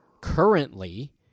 currently—